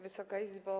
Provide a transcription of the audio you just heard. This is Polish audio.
Wysoka Izbo!